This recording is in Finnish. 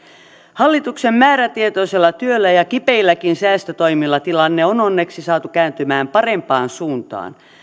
hallituksen määrätietoisella työllä ja ja kipeilläkin säästötoimilla tilanne on onneksi saatu kääntymään parempaan suuntaan